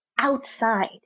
outside